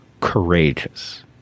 courageous